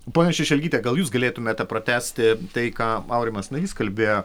ponia šešelgyte gal jūs galėtumėte pratęsti tai ką aurimas navys kalbėjo